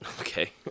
Okay